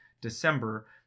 December